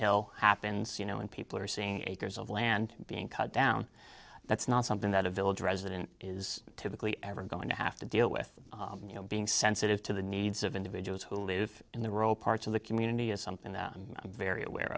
hill happens you know when people are seeing acres of land being cut down that's not something that a village resident is typically ever going to have to deal with you know being sensitive to the needs of individuals who live in the rural parts of the community is something that i'm very aware